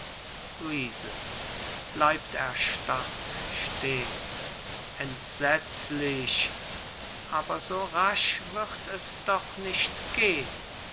stehn entsetzlich aber so rasch wird es doch nicht gehn